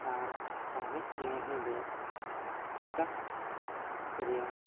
ᱟᱨ ᱥᱟᱶᱦᱮᱫ ᱚᱱᱚᱬᱦᱮ ᱫᱚ ᱮᱴᱟᱜ ᱠᱚ ᱨᱮᱭᱟᱜ